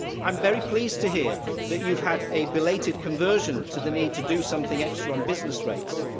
i'm very pleased to hear that you've had a belated conversion to the need to do something extra on business rates,